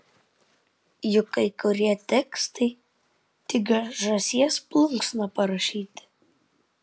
juk kai kurie tekstai tik žąsies plunksna parašyti